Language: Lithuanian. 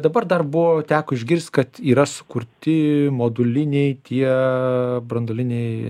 dabar dar buvo teko išgirst kad yra sukurti moduliniai tie branduoliniai